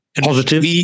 Positive